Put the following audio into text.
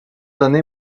années